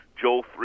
Joel